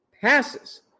passes